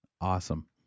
Awesome